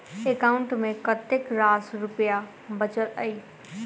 account मे कतेक रास रुपया बचल एई